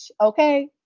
okay